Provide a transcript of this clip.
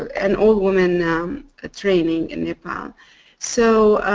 an all-woman ah training in nepal. um so